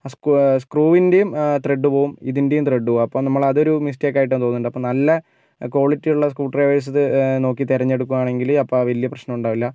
ആ സ്ക്രൂ ആ സ്ക്രൂവിൻ്റെയും ത്രെഡ് പോവും ഇതിൻ്റെയും ത്രെഡ് പോവും അപ്പം നമ്മൾ അതൊരു മിസ്റ്റേക്ക് ആയിട്ട് തോന്നുന്നുണ്ട് അപ്പോൾ നല്ല ക്വാളിറ്റി ഉള്ള സ്ക്രൂ ഡ്രൈവേഴ്സ് നോക്കി തെരഞ്ഞെടുക്കുവാണെങ്കിൽ അപ്പോൾ വലിയ പ്രശ്നമുണ്ടാവില്ല